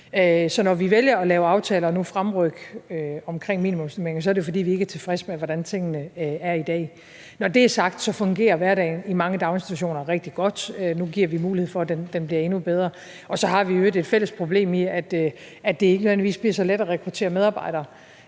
Så når vi vælger at lave en aftale og nu fremrykke det omkring minimumsnormeringer, er det jo, fordi vi ikke er tilfredse med, hvordan tingene er i dag. Når det er sagt, så fungerer hverdagen i mange daginstitutioner rigtig godt, og nu giver vi muligheden for, at den bliver endnu bedre. Så har vi i øvrigt et fælles problem i, at det ikke nødvendigvis bliver så let at rekruttere medarbejdere.